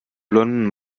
blonden